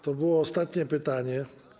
To było ostatnie pytanie.